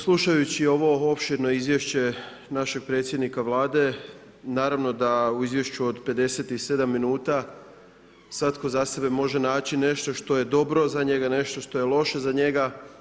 Slušajući ovo opširno izvješće našeg predsjednika Vlade, naravno da u izvješću od 57 minuta svatko za sebe može naći nešto što je dobro za njega, nešto što je loše za njega.